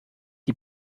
die